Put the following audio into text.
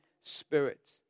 Spirit